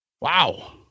Wow